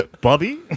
Bobby